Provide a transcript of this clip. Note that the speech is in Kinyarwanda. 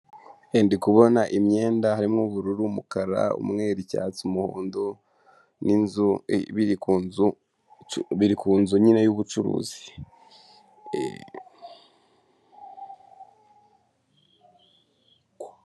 Ndi kubona imyenda harimo ubururu, umukara, umweru, icyatsi, umuhondo n'inzu, biri ku nyine y'ubucuruzi.